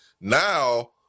now